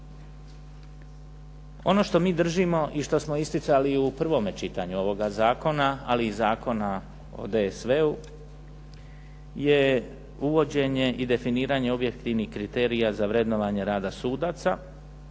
Ono što mi držimo i što smo isticali u prvome čitanju ovoga zakona, ali i Zakona o DSV-u je uvođenje i definiranje objektivnih kriterija za vrednovanje rada sudaca,